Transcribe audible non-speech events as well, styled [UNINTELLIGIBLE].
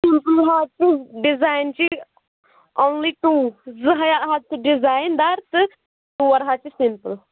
[UNINTELLIGIBLE] design چھِ only two زٕ ہَے ہَتھٕ ڈِزایِن دار تہٕ ژور ہَتھ چھِ سِمپٕل